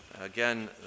Again